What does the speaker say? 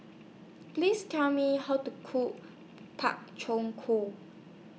Please Tell Me How to Cook Pak Chong Ko